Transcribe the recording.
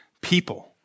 people